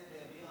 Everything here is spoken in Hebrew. שלום,